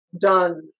done